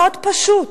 מאוד פשוט.